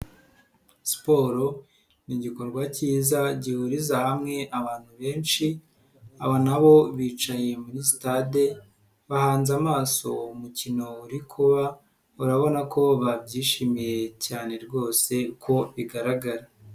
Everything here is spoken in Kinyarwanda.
Siporo ni igikorwa cyiza gihuriza hamwe abantu benshi, aba na bo bicaye muri sitade bahanze amaso umukino uri kuba urabona ko babyishimiye cyane rwose uko bigaragara.